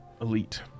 elite